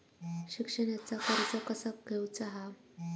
शिक्षणाचा कर्ज कसा घेऊचा हा?